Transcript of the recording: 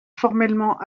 formellement